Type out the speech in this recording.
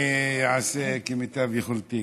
אני אעשה כמיטב יכולתי.